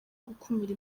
gukumira